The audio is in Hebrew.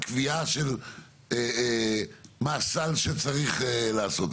קביעה של מה הסל שצריך לעשות.